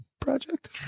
project